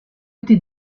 été